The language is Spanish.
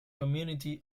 community